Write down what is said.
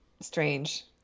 strange